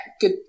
good